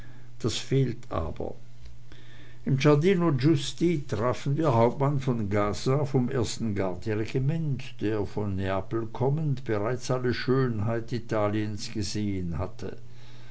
das fehlt aber im giardino giusti trafen wir hauptmann von gaza vom ersten garderegiment der von neapel kommend bereits alle schönheit italiens gesehen hatte